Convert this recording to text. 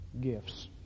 gifts